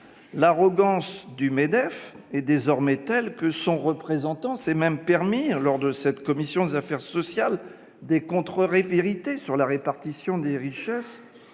L'arrogance du MEDEF est désormais telle que son représentant s'est même permis d'énoncer devant la commission des affaires sociales des contre-vérités sur la répartition des richesses